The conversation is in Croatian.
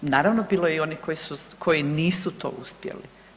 Naravno bilo je i onih koji nisu to uspjeli.